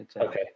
Okay